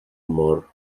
mor